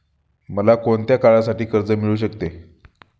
मला कोणत्या काळासाठी कर्ज मिळू शकते?